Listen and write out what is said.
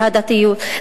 ולסיום.